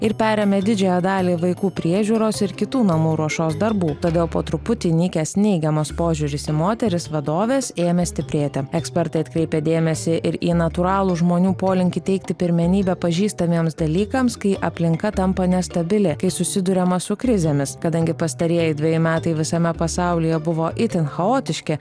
ir perėmė didžiąją dalį vaikų priežiūros ir kitų namų ruošos darbų todėl po truputį nykęs neigiamas požiūris į moteris vadoves ėmė stiprėti ekspertai atkreipia dėmesį ir į natūralų žmonių polinkį teikti pirmenybę pažįstamiems dalykams kai aplinka tampa nestabili kai susiduriama su krizėmis kadangi pastarieji dveji metai visame pasaulyje buvo itin chaotiški